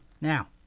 Now